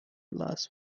las